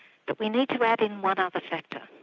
but we need to add in one other factor,